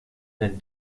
dein